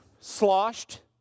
sloshed